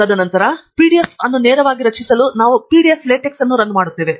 ತದನಂತರ ಪಿಡಿಎಫ್ ಅನ್ನು ನೇರವಾಗಿ ರಚಿಸಲು ನಾವು ಪಿಡಿಎಫ್ ಲಾಟೆಕ್ಸ್ ಅನ್ನು ರನ್ ಮಾಡುತ್ತೇವೆ